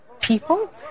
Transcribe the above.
people